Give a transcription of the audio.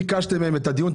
ביקשתם מהם את הדיון.